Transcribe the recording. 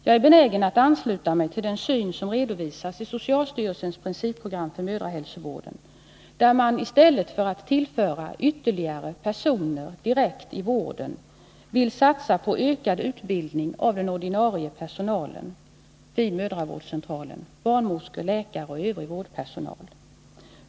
Jag är benägen att ansluta mig till den syn som redovisas i socialstyrelsens principprogram för mödrahälsovården, där man i stället för att tillföra ytterligare personer direkt i vården vill satsa på ökad utbildning av den ordinarie personalen vid mödravårdscentralen: barnmorskor, läkare och övrig vårdpersonal.